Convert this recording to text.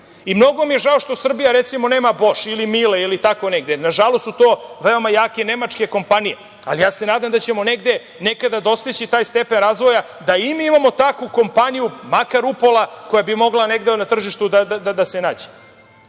i mnogo mi je žao što Srbija, recimo, nema „Boš“ ili „Mile“ ili tako nešto. Nažalost su to veoma jake nemačke kompanije, ali ja se nadam da ćemo negde, nekada dostići taj stepen razvoja da i mi imamo takvu kompaniju, makar upola, koja bi mogla negde na tržištu da se